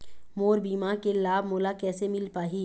मोर बीमा के लाभ मोला कैसे मिल पाही?